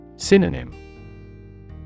Synonym